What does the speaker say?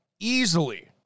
Easily